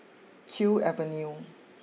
Kew Avenue